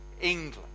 England